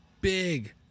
big